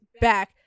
back